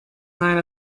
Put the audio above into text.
nine